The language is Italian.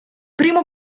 primo